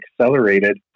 accelerated